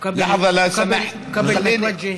) (אומר דברים בשפה הערבית,